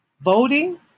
voting